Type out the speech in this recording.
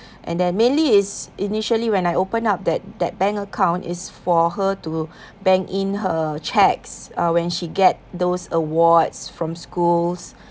and that mainly is initially when I open up that that bank account is for her to bank in her checks uh when she get those awards from schools